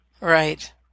Right